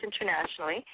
internationally